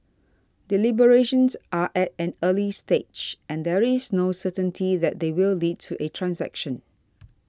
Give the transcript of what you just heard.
deliberations are at an early stage and there is no certainty that they will lead to a transaction